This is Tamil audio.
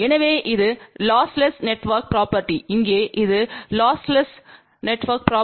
எனவே இது லொஸ்லெஸ் நெட்ஒர்க்ய ப்ரொபேர்ட்டி இங்கே இது லொஸ்லெஸ் நெட்ஒர்க்யமா